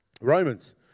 Romans